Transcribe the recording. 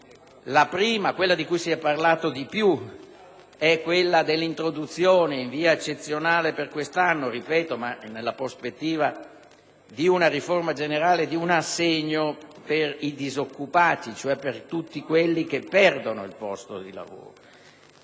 la prima, di cui si è parlato di più, è quella dell'introduzione, in via eccezionale per quest'anno ma nella prospettiva di una riforma generale, di un assegno mensile per i disoccupati, per tutti quelli cioè che perdono il posto di lavoro.